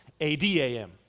A-D-A-M